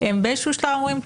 הם באיזשהו שלב אומרים,